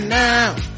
now